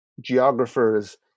geographers